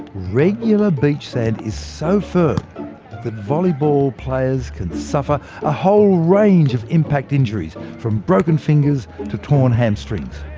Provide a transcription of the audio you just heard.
regular beach sand is so firm that volleyball players can suffer a whole range of impact injuries from broken fingers to torn hamstrings.